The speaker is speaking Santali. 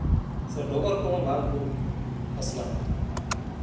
ᱥᱮ ᱰᱚᱜᱚᱨ ᱠᱚᱦᱚᱸ ᱵᱟᱝᱠᱚ ᱯᱟᱥᱱᱟᱣᱟ